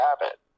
habit